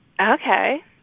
okay